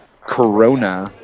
Corona